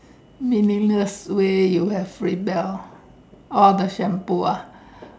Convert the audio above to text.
meaningless way you have rebel orh the shampoo ah